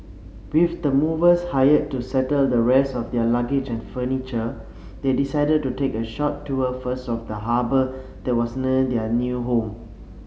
with the movers hired to settle the rest of their luggage and furniture they decided to take a short tour first of the harbour that was near their new home